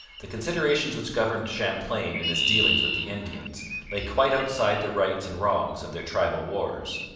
the considerations which governed champlain in his dealings with the indians lay quite outside the rights and wrongs of their tribal wars.